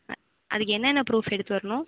அ அதுக்கு என்னென்ன ப்ரூஃப் எடுத்து வரணும்